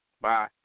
Bye